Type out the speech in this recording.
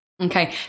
Okay